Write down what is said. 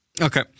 Okay